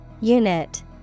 Unit